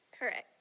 Correct